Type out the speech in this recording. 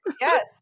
yes